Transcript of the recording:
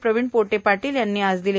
प्रविण पोटे पाटील यांनी आज दिले